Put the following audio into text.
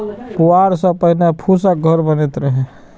पुआर सं पहिने फूसक घर बनैत रहै